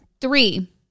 Three